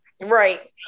Right